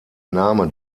name